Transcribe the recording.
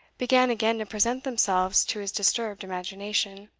began again to present themselves to his disturbed imagination.